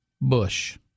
Bush